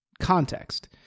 context